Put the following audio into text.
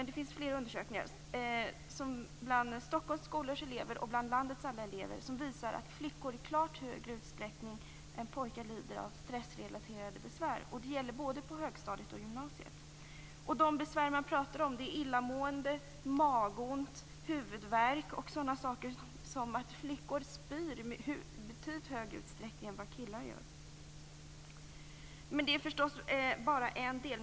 Det finns fler undersökningar bland Stockholms skolors elever och bland landets alla elever som visar att flickor i klart högre utsträckning än pojkar lider av stressrelaterade besvär. Det gäller både på högstadiet och på gymnasiet. De besvär man pratar om är illamående, magont, huvudvärk och sådana saker som att flickor spyr i betydligt högre utsträckning än killar. Det är förstås bara en del.